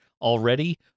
already